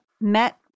met